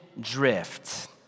drift